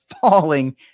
falling